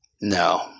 No